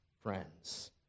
Friends